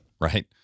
Right